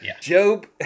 Job